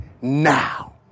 now